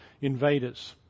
invaders